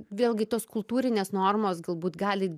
vėlgi tos kultūrinės normos galbūt gali